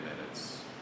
minutes